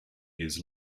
his